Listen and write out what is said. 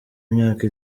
imyaka